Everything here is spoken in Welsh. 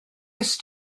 est